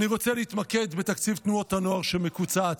אני רוצה להתמקד בתקציב תנועות הנוער שמקוצץ,